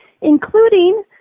including